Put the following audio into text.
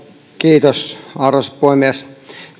kiitos arvoisa puhemies